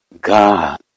God